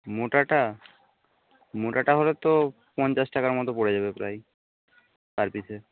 মোটাটা মোটাটা হলে তো পঞ্চাশ টাকার মতো পড়ে যাবে প্রায় পার পিসে